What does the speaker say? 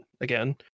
again